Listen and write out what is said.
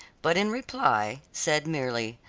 but in reply, said merely,